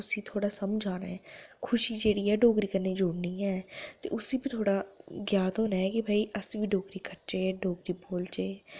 उसी थोह्ड़ा समझ औना ऐ खुशी जेह्ड़ी ऐ डोगरी कन्नै जुड़नी ऐ ते उसी थोह्ड़ा ज्ञात होना ऐ कि अस बी डोगरी करचै डोगरी बोलचै